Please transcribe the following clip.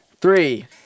Three